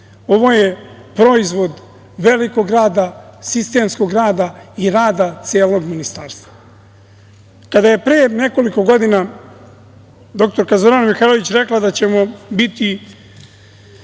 Ovo je proizvod velikog rada, sistemskog rada i rada celog ministarstva. Kada je pre nekoliko godina dr Zorana Mihajlović rekla da ćemo biti